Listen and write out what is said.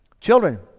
Children